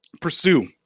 pursue